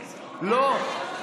לא, לא, לא.